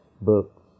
books